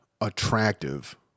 attractive